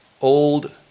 old